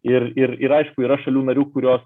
ir ir ir aišku yra šalių narių kurios